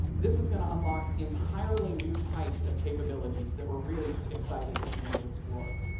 this is going to unlock entirely new types of capabilities that we're really excited to begin to explore.